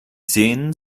sehen